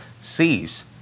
sees